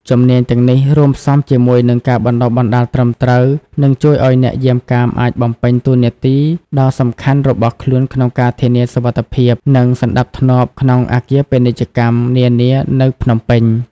ជំនាញទាំងនេះ រួមផ្សំជាមួយនឹងការបណ្ដុះបណ្ដាលត្រឹមត្រូវ នឹងជួយឲ្យអ្នកយាមកាមអាចបំពេញតួនាទីដ៏សំខាន់របស់ខ្លួនក្នុងការធានាសុវត្ថិភាព និងសណ្ដាប់ធ្នាប់ក្នុងអគារពាណិជ្ជកម្មនានានៅភ្នំពេញ។